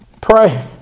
Pray